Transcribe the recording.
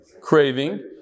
craving